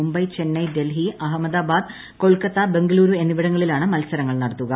മുംബൈ ചെന്നൈ ഡൽഹി അഹമ്മദാബാദ് കൊൽക്കത്ത ബംഗളുരു എന്നിവിടങ്ങളിലാണ് മത്സരങ്ങൾ നടത്തുക